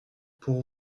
pour